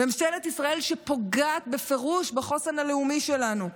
ממשלת ישראל שפוגעת בפירוש בחוסן הלאומי שלנו.